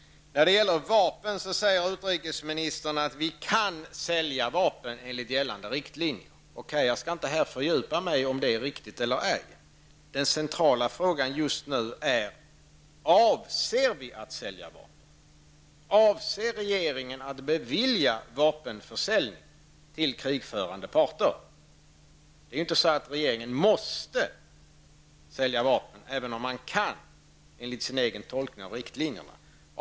Utrikesministern säger att det går att sälja vapen enligt gällande riktlinjer. Okej, jag skall inte här fördjupa mig i om det är riktigt eller ej. Den centrala frågan just nu är: Avser regeringen att bevilja vapenförsäljning till krigförande parter? Det är inte så att regeringen måste sälja vapen även om man kan, enligt den egna tolkningen av riktlinjerna.